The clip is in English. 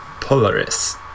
Polaris